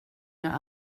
jag